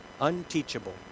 Unteachable